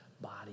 body